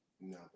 No